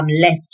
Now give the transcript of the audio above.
left